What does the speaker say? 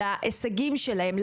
להישגים שלהם,